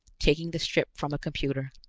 taking the strip from a computer.